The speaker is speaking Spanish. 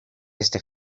este